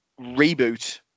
reboot